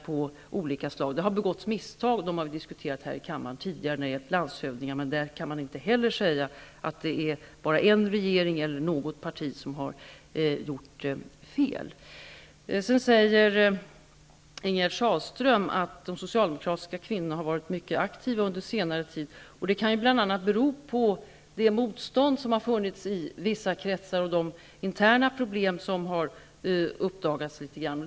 Det har begåtts misstag när det gällt landshövdingar, och dem har vi diskuterat här i kammaren tidigare, men man kan inte heller där säga att det är bara en regering eller något parti som har gjort fel. Sedan säger Ingegerd Sahlström att de socialdemokratiska kvinnorna har varit mycket aktiva under senare tid. Det kan ju bl.a. bero på det motstånd som har funnits i vissa kretsar och de interna problem som har uppdagats litet grand.